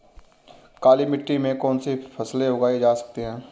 काली मिट्टी में कौनसी फसलें उगाई जा सकती हैं?